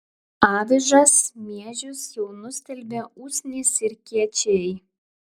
avižas miežius jau nustelbė usnys ir kiečiai